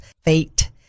fate